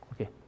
okay